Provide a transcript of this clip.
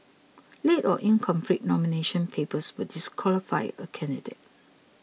late or incomplete nomination papers will disqualify a candidate